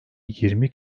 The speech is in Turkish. yirmi